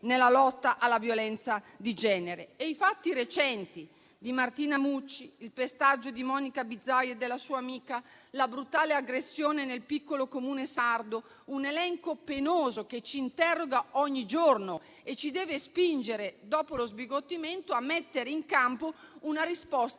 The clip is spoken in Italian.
nella lotta alla violenza di genere. I fatti recenti che hanno coinvolto Martina Mucci, il pestaggio di Monica Bizaj e della sua amica, la brutale aggressione nel piccolo Comune sardo, fanno parte di un elenco penoso che ci interroga ogni giorno e ci deve spingere, dopo lo sbigottimento, a mettere in campo una risposta